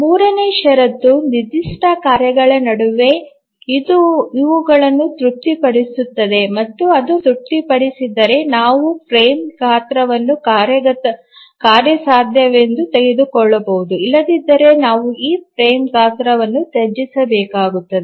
ಮೂರನೆಯ ಷರತ್ತು ನಿರ್ದಿಷ್ಟ ಕಾರ್ಯಗಳ ನಡುವೆ ಇದು ಇವುಗಳನ್ನು ತೃಪ್ತಿಪಡಿಸುತ್ತದೆ ಮತ್ತು ಅದು ತೃಪ್ತಿಪಡಿಸಿದರೆ ನಾವು ಫ್ರೇಮ್ ಗಾತ್ರವನ್ನು ಕಾರ್ಯಸಾಧ್ಯವೆಂದು ತೆಗೆದುಕೊಳ್ಳಬಹುದು ಇಲ್ಲದಿದ್ದರೆ ನಾವು ಆ ಫ್ರೇಮ್ ಗಾತ್ರವನ್ನು ತ್ಯಜಿಸಬೇಕಾಗುತ್ತದೆ